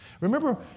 Remember